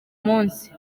munsi